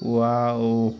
wow